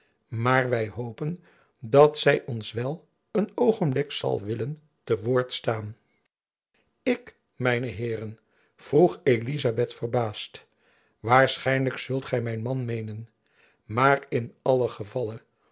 maar wy hopen dat zy ons wel een oogenblik zal willen te woord staan ik mijne heeren vroeg elizabeth verbaasd waarschijnlijk zult gy mijn man meenen maar in allen gevalle